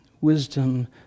wisdom